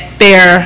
fair